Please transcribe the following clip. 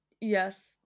yes